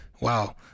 Wow